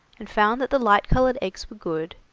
and found that the light-coloured eggs were good,